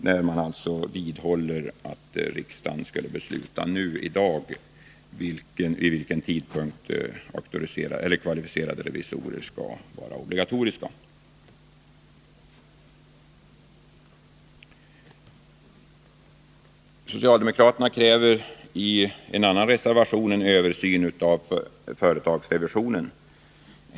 Reservanterna vidhåller att riksdagen i dag bör besluta om vid vilken tidpunkt kvalificerade revisorer skall bli obligatoriska. Socialdemokraterna kräver i en annan reservation en översyn av företagsrevisionen.